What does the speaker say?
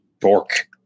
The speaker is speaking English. dork